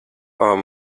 are